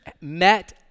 met